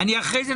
בבקשה.